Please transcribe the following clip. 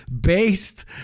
based